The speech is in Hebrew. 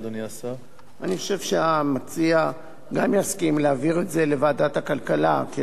אני חושב שהמציע גם יסכים להעביר את זה לוועדת הכלכלה כדי שתדון בנושא.